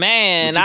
Man